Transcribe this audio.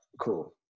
cool